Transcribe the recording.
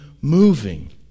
moving